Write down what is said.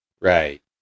Right